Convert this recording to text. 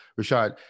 Rashad